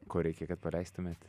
ko reikia kad paleistumėt